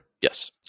Yes